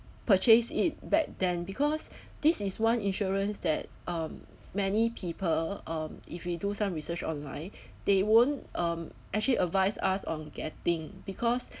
purchase it back then because this is one insurance that um many people um if you do some research online they won't um actually advise us on getting because